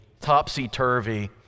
topsy-turvy